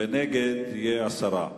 ונגד יהיה הסרה.